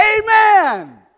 Amen